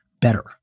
better